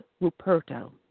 Ruperto